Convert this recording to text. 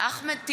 אחמד טיבי,